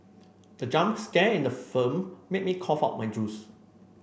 the jump scare in the film made me cough out my juice